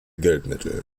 geldmittel